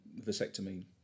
vasectomy